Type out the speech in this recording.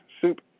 Soup